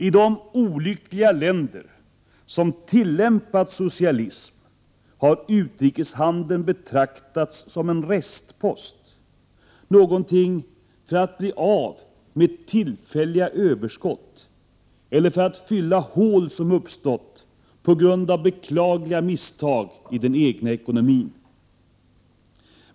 I de olyckliga länder som tillämpat socialism har utrikeshandeln betraktats som en restpost; någonting för att bli av med tillfälliga överskott eller för att fylla hål som uppstått på grund av beklagliga misstag i den egna ekonomin.